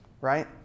right